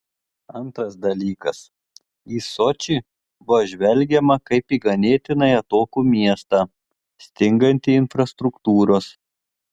antras dalykas į sočį buvo žvelgiama kaip į ganėtinai atokų miestą stingantį infrastruktūros